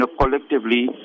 collectively